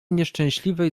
nieszczęśliwej